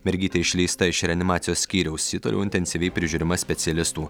mergytė išleista iš reanimacijos skyriaus ji toliau intensyviai prižiūrima specialistų